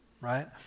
right